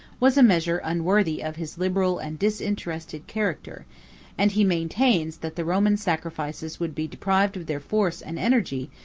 was a measure unworthy of his liberal and disinterested character and he maintains, that the roman sacrifices would be deprived of their force and energy,